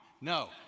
No